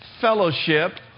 fellowship